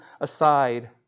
aside